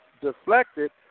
deflected